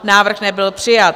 Návrh nebyl přijat.